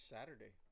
Saturday